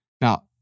Now